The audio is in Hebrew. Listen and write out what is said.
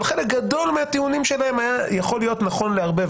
אבל חלק גדול מהטיעונים שלהן היה יכול להיות נכון להרבה,